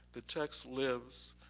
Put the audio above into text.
the text lives,